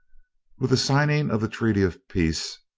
with the signing of the treaty of peace,